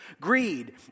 greed